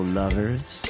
lovers